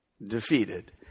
defeated